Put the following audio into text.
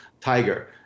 tiger